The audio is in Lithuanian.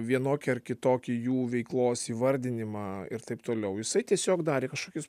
vienokį ar kitokį jų veiklos įvardinimą ir taip toliau jisai tiesiog darė kažkokius